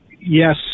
Yes